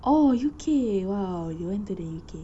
oh U_K you went to the U_K